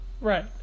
Right